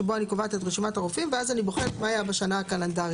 שבו אני קובעת את רשימת הרופאים ואז אני בוחנת מה היה בשנה הקלנדרית.